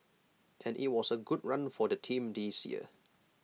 and IT was A good run for the team this year